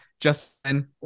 Justin